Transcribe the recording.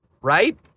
right